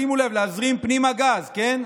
שימו לב, "להזרים פנימה גז", כן?